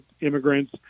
immigrants